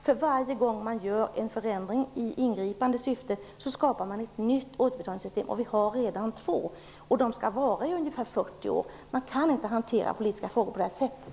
För varje gång man gör en förändring i ingripande syfte skapar man ett nytt återbetalningssystem, och vi har redan två. De skall vara i ungefär 40 år. Man kan inte hantera politiska frågor på detta sätt.